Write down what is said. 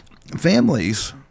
families